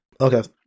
Okay